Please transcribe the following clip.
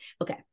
okay